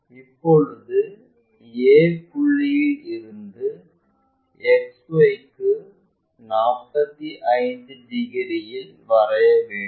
இப்பொழுது a புள்ளியில் இருந்து XY க்கு 45 டிகிரியில் வரைய வேண்டும்